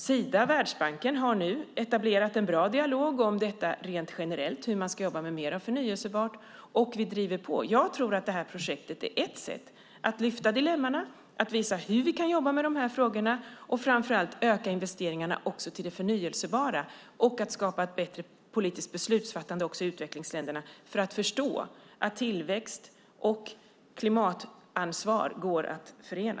Sida och Världsbanken har etablerat en bra dialog om hur man generellt ska jobba med mer förnybart. Vi driver på. Jag tror att detta projekt är ett sätt att lyfta upp dessa dilemman, visa hur vi kan jobba med dessa frågor och framför allt öka investeringarna också till det förnybara. Det kan också skapa ett bättre politiskt beslutsfattande i utvecklingsländerna då man förstår att tillväxt och klimatansvar går att förena.